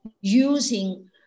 using